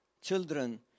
Children